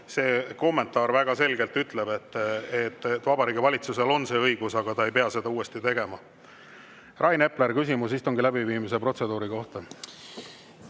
See kommentaar ütleb väga selgelt, et Vabariigi Valitsusel on see õigus, aga ta ei pea seda uuesti tegema. Rain Epler, küsimus istungi läbiviimise protseduuri kohta.